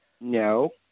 No